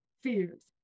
fears